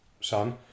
son